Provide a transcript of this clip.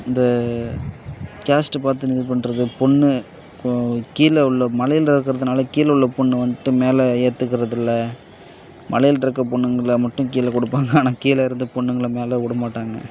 இந்த கேஸ்ட்டு பார்த்து இது பண்ணுறது பொண்ணு கொ கீழே உள்ள மலையில் இருக்கிறதுனால கீழே உள்ள பொண்ணு வந்துட்டு மேலே ஏத்துக்கிறதில்ல மலையில் இருக்க பொண்ணுங்களை மட்டும் கீழே கொடுப்பாங்க ஆனால் கீழே இருந்து பொண்ணுங்களை மேலே விட மாட்டாங்க